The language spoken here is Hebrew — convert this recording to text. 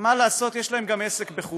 ומה לעשות, יש להם גם עסק בחו"ל.